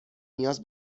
نیاز